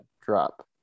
drop